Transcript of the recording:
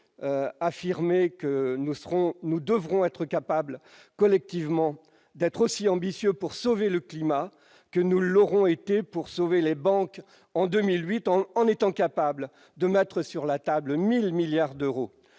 affirmé hier que nous devrons être capables, collectivement, d'être aussi ambitieux pour sauver le climat que nous l'avons été pour sauver les banques en 2008. Nous avions alors mis 1 000 milliards d'euros